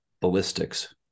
ballistics